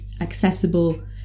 accessible